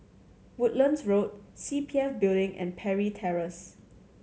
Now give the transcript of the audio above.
Woodlands Road C P F Building and Parry Terrace